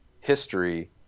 history